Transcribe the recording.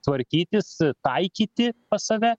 tvarkytis taikyti pas save